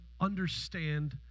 understand